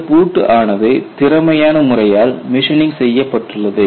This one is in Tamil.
இந்தப் பூட்டு ஆனது திறமையான முறையில் மெஷினிங் செய்யப்பட்டுள்ளது